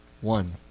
one